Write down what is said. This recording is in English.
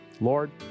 Lord